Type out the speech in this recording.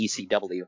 ECW